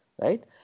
right